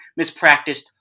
mispracticed